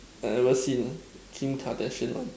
I remember sing Kim-Kardashian one